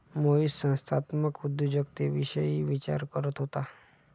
मोहित संस्थात्मक उद्योजकतेविषयी विचार करत होता